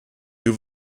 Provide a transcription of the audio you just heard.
have